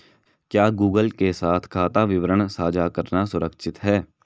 क्या गूगल के साथ खाता विवरण साझा करना सुरक्षित है?